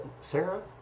Sarah